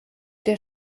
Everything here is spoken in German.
der